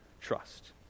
trust